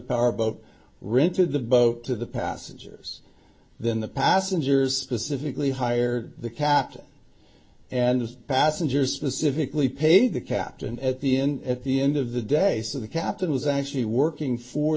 powerboat rented the boat to the passengers then the passengers pacifically hired the captain and the passengers specifically paid the captain at the end at the end of the day so the captain was actually working for